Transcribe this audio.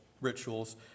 rituals